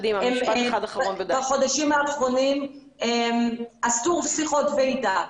בחודשים האחרונים אסור שיחות ועידה,